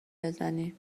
بزنی